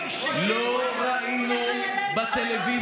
נו, באמת, שקרים על שקרים.